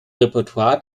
repertoire